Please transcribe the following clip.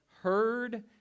heard